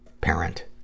parent